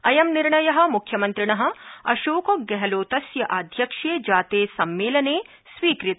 अयं निर्णय मुख्यमन्त्रिण अशोक गहलोतस्य आध्यक्ष्ये जाते सम्मेलने स्वीकृत